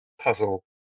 puzzle